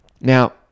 Now